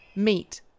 Meat